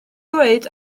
ddweud